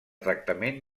tractament